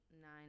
nine